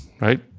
right